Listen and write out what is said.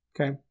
Okay